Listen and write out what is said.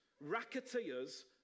racketeers